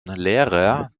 lehrer